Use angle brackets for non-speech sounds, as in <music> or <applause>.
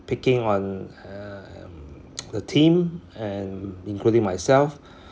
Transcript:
picking on um <noise> the team and including myself